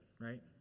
right